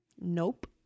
nope